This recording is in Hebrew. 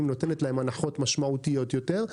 נותנת להם הנחות משמעותיות יותר,